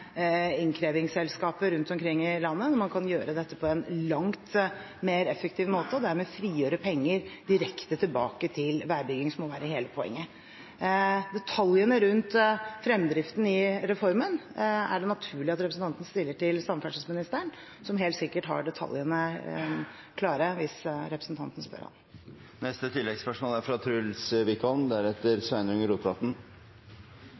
innkrevingsselskaper rundt omkring i landet. Man kan gjøre dette på en langt mer effektiv måte og dermed frigjøre penger direkte tilbake til veibygging, som må være hele poenget. Spørsmål om detaljene rundt fremdriften i reformen er det naturlig at representanten stiller til samferdselsministeren, som helt sikkert har detaljene klare hvis representanten spør